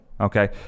Okay